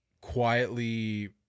quietly